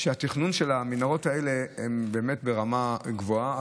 שהתכנון של המנהרות האלה הוא באמת ברמה גבוהה,